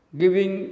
giving